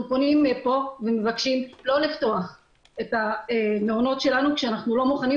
אנחנו פונים מפה ומבקשים לא לפתוח את המעונות שלנו כשאנחנו לא מוכנים,